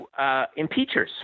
impeachers